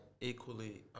equally